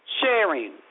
sharing